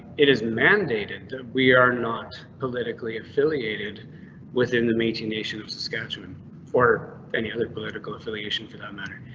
it is mandated that we are not politically affiliated with in the meeting nation of saskatchewan or any other political affiliation for that matter.